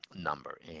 number